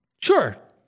Sure